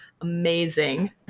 amazing